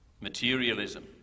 Materialism